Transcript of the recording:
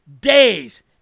days